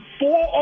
four